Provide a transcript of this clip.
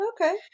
Okay